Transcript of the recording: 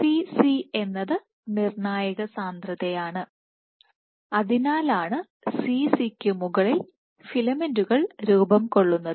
Cc എന്നത് നിർണായക സാന്ദ്രതയാണ് അതിനാലാണ് Cc ക്കു മുകളിൽ ഫിലമെന്റുകൾ രൂപം കൊള്ളുന്നത്